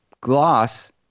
gloss